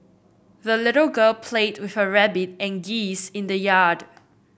the little girl played with her rabbit and geese in the yard